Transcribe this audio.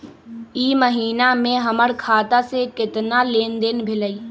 ई महीना में हमर खाता से केतना लेनदेन भेलइ?